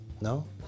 No